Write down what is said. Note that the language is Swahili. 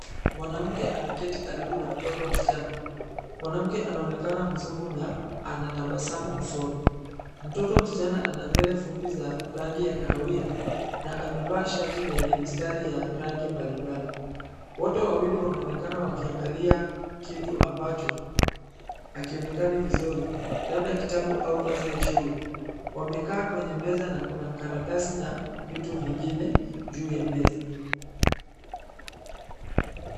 Mwanamke ameketi karibu na mtoto msichana. Mwanamke anaonekana mzungu na anatabasamu usoni. Mtoto mschana ana nywele fupi za rangi ya kahawia na amevaa shati lenye mistari ya rangi mbalimbali. Wote wawili wanaonekana wakiangalia kitu ambacho hakionekani vizuri, labda kitabu au kazi ya shule. Wamekaa kwenye meza na kuna karatasi na vitu vengine juu ya meza.